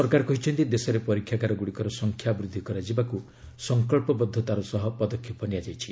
ସରକାର କହିଛନ୍ତି ଦେଶରେ ପରୀକ୍ଷାଗାରଗୁଡ଼ିକର ସଂଖ୍ୟା ବୃଦ୍ଧି କରାଯିବାକୁ ସଂକଳ୍ପବଦ୍ଧତାର ସହ ପଦକ୍ଷେପ ନିଆଯାଇଛି